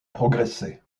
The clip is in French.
progresser